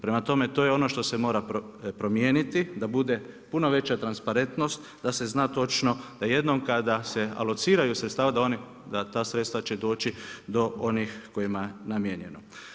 Prema tome, to je on što se mora promijeniti, da bude puna veća transparentnost, da se zna točno, da jednom kada se alociraju sredstava, da ta sredstva će doći, do onih kojima je namijenjeno.